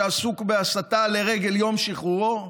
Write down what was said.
שעסוק בהסתה לרגל יום שחרורו,